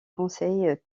conseil